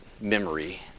memory